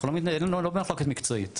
אנחנו לא, אנחנו לא במחלוקת מקצועית.